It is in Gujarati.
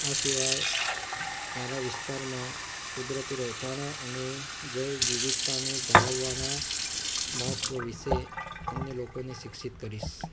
આ સીવાય મારા વિસ્તારમાં કુદરતી રહેઠાણો અને જૈવ વિવિધતાને જાળવાનાં મહત્ત્વ વિશે અન્ય લોકોને શિક્ષિત કરીશ